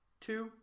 two